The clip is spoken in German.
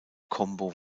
combo